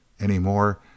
anymore